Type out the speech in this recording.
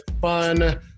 Fun